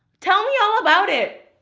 tell me all about it.